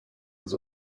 was